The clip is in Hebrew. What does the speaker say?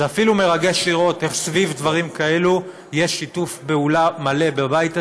זה אפילו מרגש לראות איך סביב דברים כאלו יש שיתוף פעולה מלא בבית הזה,